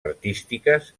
artístiques